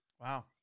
Wow